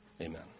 Amen